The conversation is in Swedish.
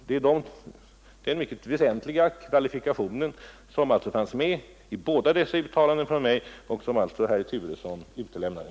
— Det var den mycket väsentliga kvalifikationen som fanns med i båda mina uttalanden men som herr Turesson utelämnade.